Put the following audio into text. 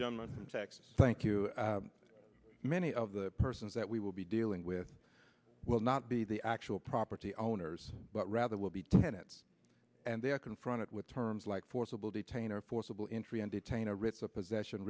gentleman texas thank you many of the persons that we will be dealing with will not be the actual property owners but rather will be tenants and they are confronted with terms like forcible detain or forcible entry and detain a ritz a possession